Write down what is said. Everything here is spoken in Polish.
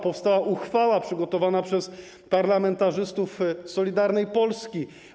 Powstała uchwała przygotowana przez parlamentarzystów Solidarnej Polski.